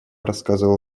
рассказывал